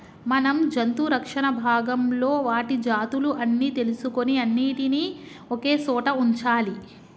మనం జంతు రక్షణ భాగంలో వాటి జాతులు అన్ని తెలుసుకొని అన్నిటినీ ఒకే సోట వుంచాలి